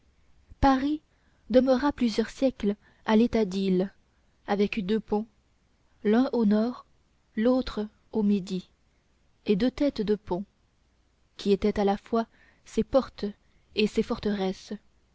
paris demeura plusieurs siècles à l'état d'île avec deux ponts l'un au nord l'autre au midi et deux têtes de pont qui étaient à la fois ses portes et ses forteresses